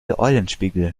eulenspiegel